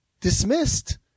dismissed